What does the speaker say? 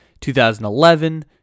2011